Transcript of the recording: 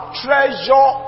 treasure